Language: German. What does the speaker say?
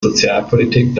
sozialpolitik